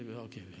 Okay